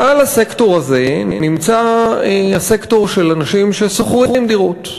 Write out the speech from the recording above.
מעל הסקטור הזה נמצא הסקטור של אנשים ששוכרים דירות.